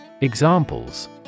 Examples